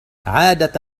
عادة